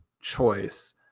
choice